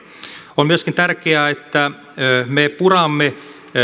on myöskin tärkeää että me puramme